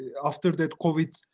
after that covid.